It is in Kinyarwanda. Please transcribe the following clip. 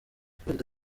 perezida